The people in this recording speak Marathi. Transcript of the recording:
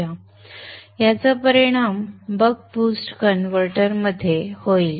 याचा परिणाम बक बूस्ट कन्व्हर्टर मध्ये होईल